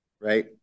right